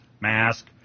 mask